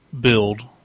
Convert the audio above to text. build